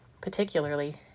particularly